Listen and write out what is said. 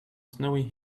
snowy